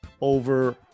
over